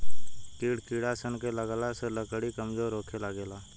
कड़ किड़ा सन के लगला से लकड़ी कमजोर होखे लागेला